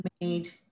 made